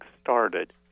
started